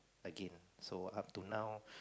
again so up to now